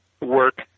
work